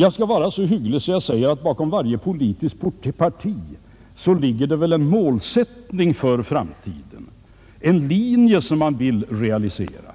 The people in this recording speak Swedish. Jag skall vara så hygglig att jag säger att det bakom varje politisk partibildning ligger en målsättning för framtiden, en linje som man vill realisera.